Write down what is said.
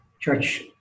church